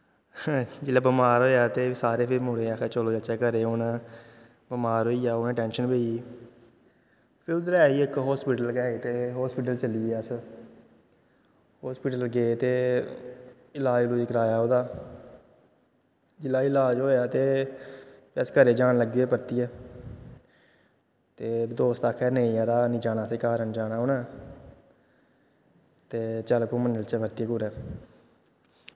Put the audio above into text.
जेल्लै बमार होएआ ते सारें फ्ही मुड़े आखेआ चलो चलचै घरै गी हून बमार होई गेआ ओह् टैंशन पेई गेई फ्ही उद्धर ऐ ही इक हास्पिटल ऐ ही ते हस्पिटल चली गे अस हास्पिटल गे ते इलाज़़ उलाज़ कराया ओह्दा जेल्लै इलाज़ होएआ ते अस घरै जान लग्गे दे हे परतियै ते दोस्त आक्खै नेईंं यरा हैनी जाना घर असें हैनी जाना हून ते चल घूमन चलचै परतियै कुतै